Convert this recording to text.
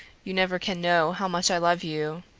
you never can know how much i love you,